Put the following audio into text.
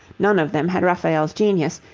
none of them had raphael's genius,